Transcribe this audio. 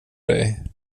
dig